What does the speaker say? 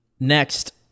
Next